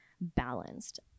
balanced